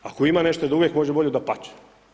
Ako ima nešto da uvijek može bolje, dapače.